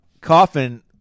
Coffin